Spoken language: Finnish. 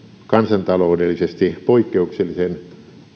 kansantaloudellisesti poikkeuksellisen